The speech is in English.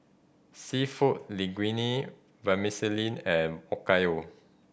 Seafood Linguine Vermicellin and Okayu